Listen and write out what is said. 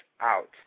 out